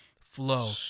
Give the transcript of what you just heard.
Flow